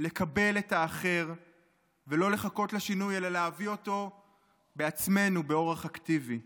לקבל את האחר ולא לחכות לשינוי אלא להביא אותו בעצמנו באורח אקטיבי.